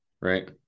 right